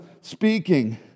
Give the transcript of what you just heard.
speaking